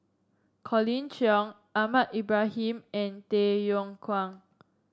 Colin Cheong Ahmad Ibrahim and Tay Yong Kwang